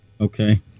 Okay